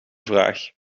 vraag